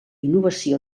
innovació